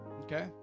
okay